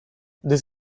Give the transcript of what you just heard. this